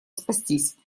спастись